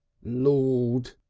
lord!